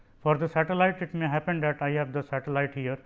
for the satellite it may happen that i have the satellite here